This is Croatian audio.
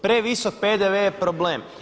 Previsok PDV je problem.